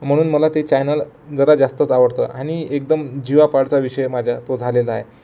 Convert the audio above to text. म्हणून मला ते चॅनल जरा जास्तच आवडतं आणि एकदम जीवापाडचा विषय माझा तो झालेला आहे